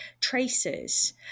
traces